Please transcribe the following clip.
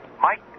Mike